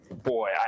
Boy